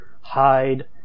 hide